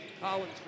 Collins